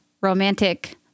romantic